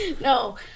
no